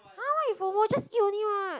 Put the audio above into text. !huh! why he FOMO just eat only what